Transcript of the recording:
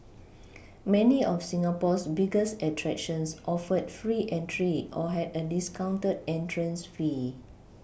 many of Singapore's biggest attractions offered free entry or had a discounted entrance fee